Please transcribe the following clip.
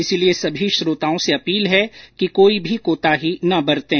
इसलिए सभी श्रोताओं से अपील है कि कोई भी कोताही न बरतें